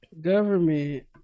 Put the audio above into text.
Government